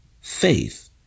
faith